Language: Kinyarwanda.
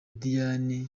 diane